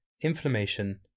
Inflammation